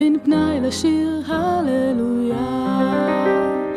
אין פנאי לשיר הללויה.